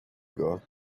got